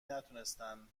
نتونستن